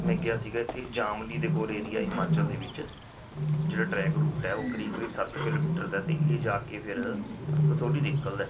ਮੈਂ ਗਿਆ ਸੀਗਾ ਇੱਥੇ ਜਾਮਲੀ ਦੇ ਕੋਲ ਏਰੀਆ ਹਿਮਾਚਲ ਦੇ ਵਿੱਚ ਜਿਹੜਾ ਟਰੈਕ ਰੂਟ ਹੈ ਉਹ ਕਰੀਬ ਕਰੀਬ ਸੱਤ ਕਿਲੋਮੀਟਰ ਦਾ ਅਤੇ ਇਹ ਜਾ ਕੇ ਫਿਰ ਕਸੌਲੀ ਨਿਕਲਦਾ